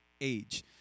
age